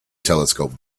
telescope